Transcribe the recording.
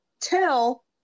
tell